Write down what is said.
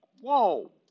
whoa